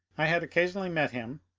i had occasionally met him,